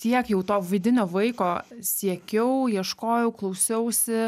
tiek jau to vidinio vaiko siekiau ieškojau klausiausi